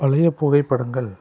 பழையப் புகைப்படங்கள்